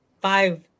five